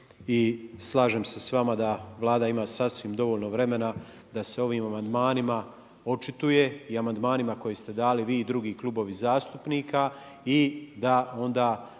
i slažem se s vama da Vlada ima sasvim dovoljno vremena da se ovim amandmanima očituje i amandmanima koji ste dali vi i drugi klubovi zastupnika i da onda